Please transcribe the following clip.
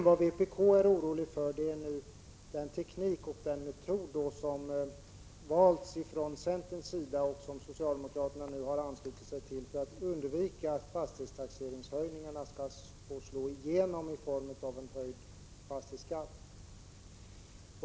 Vad vpk är oroligt för är den metod som valts från centerns sida och som socialdemokraterna nu har anslutit sig till, för att undvika att fastighetstaxeringshöjningarna skall få slå igenom i form av höjd fastighetsskatt.